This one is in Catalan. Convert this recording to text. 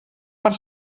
per